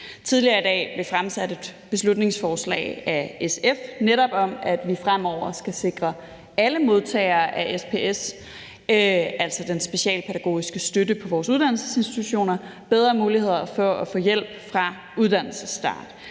Tidligere i dag blev der fremsat et beslutningsforslag af SF netop om, at vi fremover skal sikre alle modtagere af SPS, altså den specialpædagogiske støtte på vores uddannelsesinstitutioner, bedre muligheder for at få hjælp fra uddannelsens start.